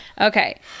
Okay